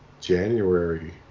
January